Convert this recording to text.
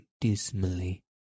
dismally